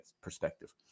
perspective